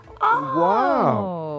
Wow